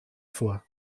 vor